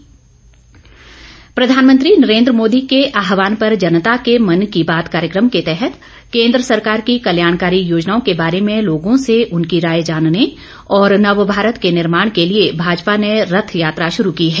रथ यात्रा प्रधानमंत्री नरेंद्र मोदी के आह्वान पर जनता के मन की बात कार्यक्रम के तहत केंद्र सरकार की कल्याणकारी योजनाओं के बारे में लोगों से उनकी राय जानने और नवभारत के निर्माण के लिए भाजपा ने रथ यात्रा शुरू की है